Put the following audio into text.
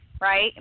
Right